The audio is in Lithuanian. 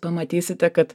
pamatysite kad